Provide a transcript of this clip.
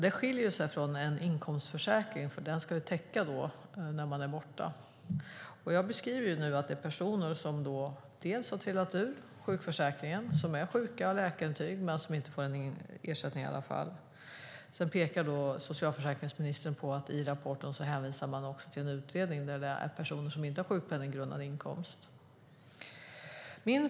Det skiljer sig från en inkomstförsäkring som ska täcka när man är borta från arbete. Jag beskriver personer som har trillat ut sjukförsäkringen, som är sjuka och har läkarintyg men som inte får någon ersättning i alla fall. Socialförsäkringsministern pekar på att man i rapporten hänvisar till en utredning om personer som inte har en sjukpenninggrundande inkomst.